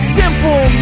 simple